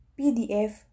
PDF